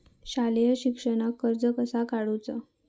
शालेय शिक्षणाक कर्ज कसा काढूचा?